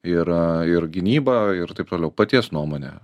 yra a ir gynybą ir taip toliau paties nuomone